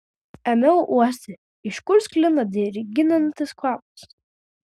ėmiau uosti iš kur sklinda dirginantis kvapas